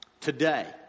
Today